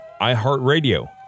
iHeartRadio